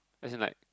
as in like